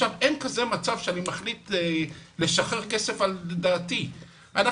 אין מצב שאני מחליט לשחרר כסף על דעתי אנחנו